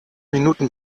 minuten